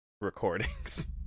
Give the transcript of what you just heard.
recordings